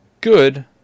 good